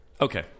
Okay